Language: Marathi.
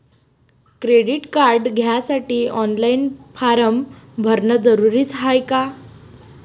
क्रेडिट कार्ड घ्यासाठी ऑनलाईन फारम भरन जरुरीच हाय का?